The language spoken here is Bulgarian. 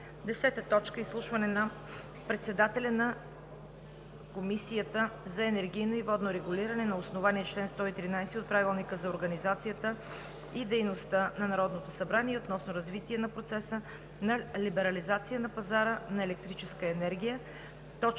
2019 г. 10. Изслушване на председателя на Комисията за енергийно и водно регулиране на основание чл. 113 от Правилника за организацията и дейността на Народното събрание относно развитие на процеса на либерализация на пазара на електрическа енергия – точка